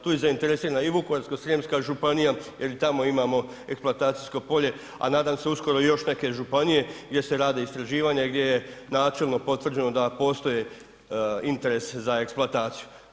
Tu je zainteresirane i Vukovarsko-srijemska županija jer i tamo imamo eksploatacijsko polje, a nadam se uskoro i još neke županije gdje se rade istraživanja i gdje je načelno potvrđeno da postoji interes za eksploataciju.